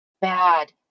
bad